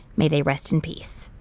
may they rest in peace.